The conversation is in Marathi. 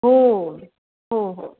हो हो हो